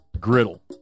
Griddle